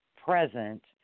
present